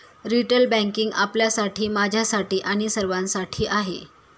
retail banking आपल्यासाठी, माझ्यासाठी आणि सर्वांसाठी आहे